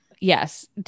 Yes